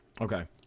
Okay